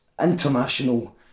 international